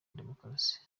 demokarasi